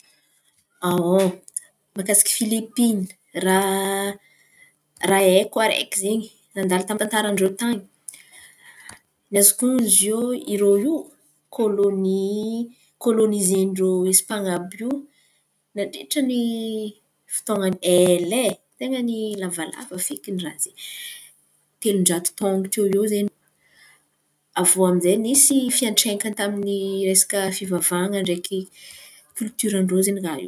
Mahakasika Filipiny raha raha haiko araiky izen̈y, nandalo tamin'ny tantaran-drô tany, ny azoko honon̈o zio irô iô kôlônia kôlônin-drô Espan̈a àby iô nandritry ny fotoan̈a ela ai ten̈a ny lavalava fekiny raha izen̈y; telon-jato taon̈o tiô eo izen̈y. Avô aminjay misy fiatsaikany tamin'ny resaka fivavahan̈a ndraiky kilitioran-drô zen̈y raha io.